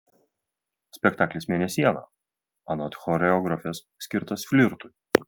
spektaklis mėnesiena anot choreografės skirtas flirtui